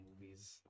movies